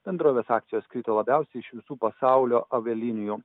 bendrovės akcijos krito labiausiai iš visų pasaulio avialinijų